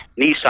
Nissan